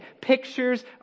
pictures